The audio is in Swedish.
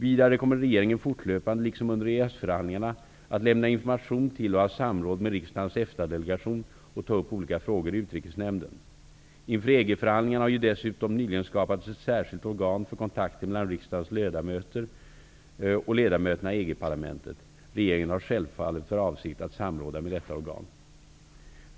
Vidare kommer regeringen liksom under EES förhandlingarna att fortlöpande lämna information till och ha samråd med riksdagens EFTA delegation och ta upp olika frågor i Utrikesnämnden. Inför EG-förhandlingarna har det ju dessutom nyligen skapats ett särskilt organ för kontakter mellan riksdagens ledamöter och ledamöterna i EG-parlamentet. Regeringen har självfallet för avsikt att samråda med detta organ.